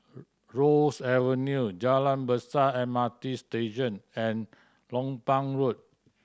Ross Avenue Jalan Besar M R T Station and Lompang Road